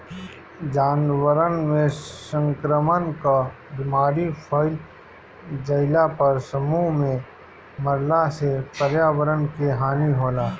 जानवरन में संक्रमण कअ बीमारी फइल जईला पर समूह में मरला से पर्यावरण के हानि होला